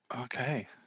Okay